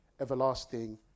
everlasting